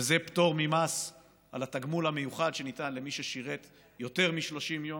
וזה פטור ממס על התגמול המיוחד שניתן למי ששירת יותר מ-30 יום,